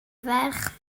ferch